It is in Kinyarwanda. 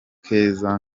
keza